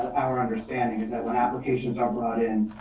our understanding, is that when applications are brought in,